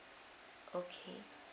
okay